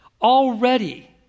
Already